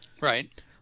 Right